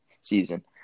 season